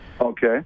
Okay